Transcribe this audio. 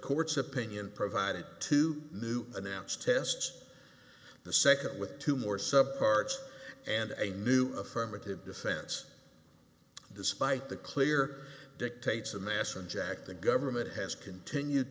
court's opinion provided to new finance tests the second with two more sub parts and a new affirmative defense despite the clear dictates of mass and jack the government has continued